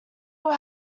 will